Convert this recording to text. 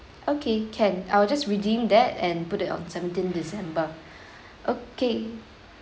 okay can I will just redeem that and put it on seventeen december okay